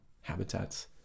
habitats